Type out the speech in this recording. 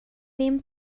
ddim